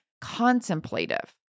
contemplative